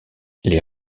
les